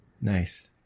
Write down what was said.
Nice